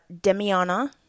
demiana